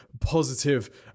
positive